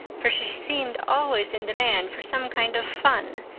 for she seemed always in demand for some kind of fun,